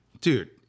Dude